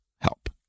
help